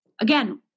again